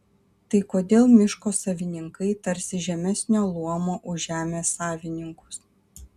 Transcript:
tai kodėl miško savininkai tarsi žemesnio luomo už žemės savininkus